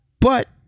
But-